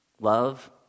Love